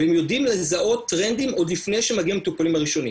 והם יודעים לזהות טרנדים עוד לפני שמגיעים המטופלים הראשונים.